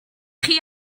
chi